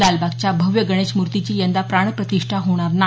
लालबागच्या भव्य गणेश मूर्तीची यंदा प्राणप्रतिष्ठा होणार नाही